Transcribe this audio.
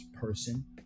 person